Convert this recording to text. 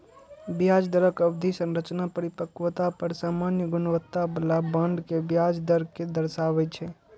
ब्याज दरक अवधि संरचना परिपक्वता पर सामान्य गुणवत्ता बला बांड के ब्याज दर कें दर्शाबै छै